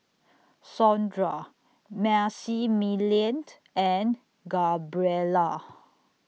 Saundra Maximillian and Gabriela